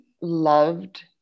loved